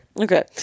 Okay